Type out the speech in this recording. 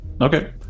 Okay